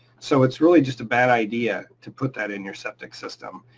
so it's really just a bad idea to put that in your septic system.